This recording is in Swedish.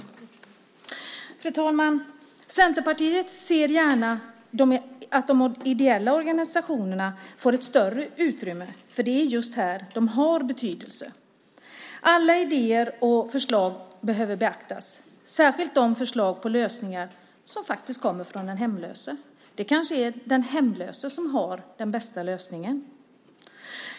Fru talman! Centerpartiet ser gärna att de ideella organisationerna får ett större utrymme, för det är just här de har betydelse. Alla idéer och förslag behöver beaktas, särskilt de förslag på lösningar som kommer från den hemlöse. Det kanske är den hemlöse som har den bästa lösningen.